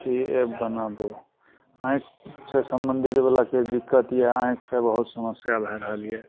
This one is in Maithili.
अथी एप बनाबू आँखिसे सम्बन्धितवला किछु दिक्कत यऽ आँखिसे बहुत समस्या भए रहल यऽ